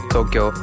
Tokyo